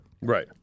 Right